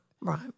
Right